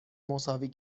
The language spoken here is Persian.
مساوی